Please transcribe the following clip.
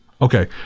Okay